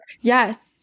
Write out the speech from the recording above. Yes